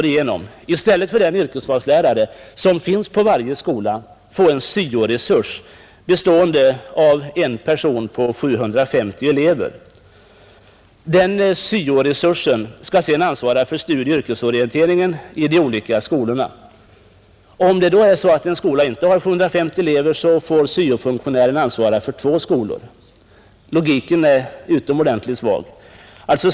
I stället för den yrkesvalslärare som nu finns på varje skola skall, om förslaget går igenom, en syo-resurs bestående av en person tilldelas kommunen för var 750:e elev. Denna syo-resurs skall sedan ansvara för studieoch yrkesorienteringen i de olika skolorna. Om en skolenhet inte har 750 elever, får syo-funktionären ansvara för två skolor. Logiken är svag.